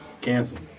Canceled